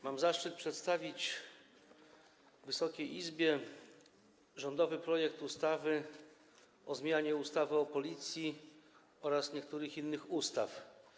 Mam zaszczyt przedstawić Wysokiej Izbie rządowy projekt ustawy o zmianie ustawy o Policji oraz niektórych innych ustaw.